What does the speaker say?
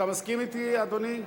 אתה מסכים אתי, אדוני?